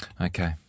Okay